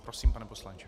Prosím, pane poslanče.